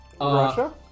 Russia